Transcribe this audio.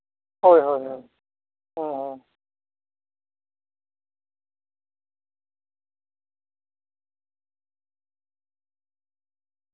ᱦᱳᱭ ᱦᱳᱭ ᱦᱳᱭ ᱦᱩᱸ ᱦᱩᱸ